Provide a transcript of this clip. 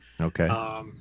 Okay